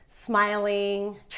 smiling